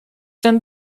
ten